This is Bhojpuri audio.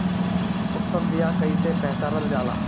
उत्तम बीया कईसे पहचानल जाला?